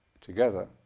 together